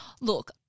look